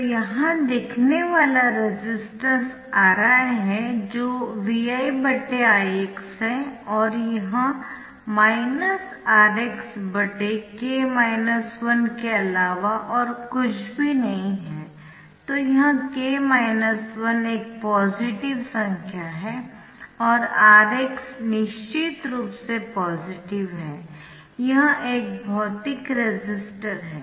तो यहाँ दिखने वाला रेसिस्टेंस Ri है जो Vi Ix है और यह Rxk 1 के अलावा और कुछ भी नहीं है तो यह एक पॉजिटिव संख्या है और Rx निश्चित रूप से पॉजिटिव है यह एक भौतिक रेसिस्टर है